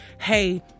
Hey